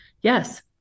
yes